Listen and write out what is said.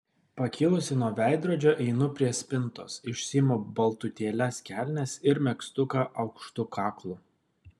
pakilusi nuo veidrodžio einu prie spintos išsiimu baltutėles kelnes ir megztuką aukštu kaklu